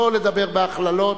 לא לדבר בהכללות.